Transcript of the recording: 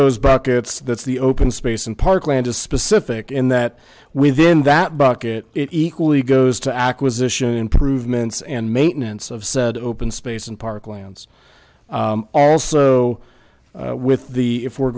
those buckets that the open space in parkland is specific in that within that bucket it equally goes to acquisition improvements and maintenance of said open space and parklands also with the if we're